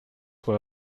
were